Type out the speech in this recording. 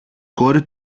κόρη